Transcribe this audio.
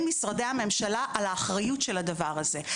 משרדי הממשלה על האחריות של הדבר הזה.